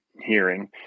hearing